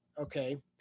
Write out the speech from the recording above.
okay